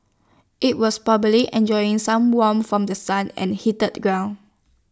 IT was probably enjoying some warmth from The Sun and heated ground